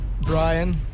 Brian